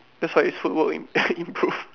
that's why his footwork improved